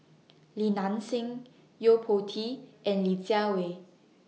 Li Nanxing Yo Po Tee and Li Jiawei